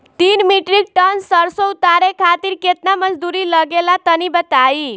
तीन metric tonne सरसो उतारे खातिर केतना मजदूरी लगे ला तनि बताई?